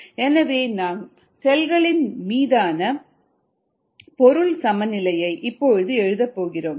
எனவே நாம் செல்களின் மீதான பொருள் சமநிலையை இப்பொழுது எழுதப்போகிறோம்